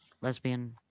lesbian